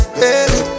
baby